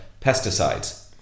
pesticides